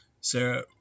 Sarah